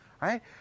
right